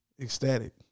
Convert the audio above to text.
ecstatic